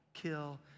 Kill